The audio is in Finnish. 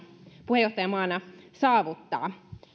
puheenjohtajamaana saavuttaa